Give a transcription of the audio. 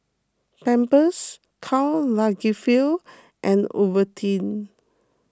Pampers Karl Lagerfeld and Ovaltine